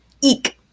eek